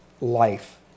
life